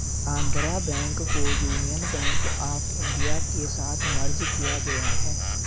Andhra bank को union bank of India के साथ मर्ज किया गया है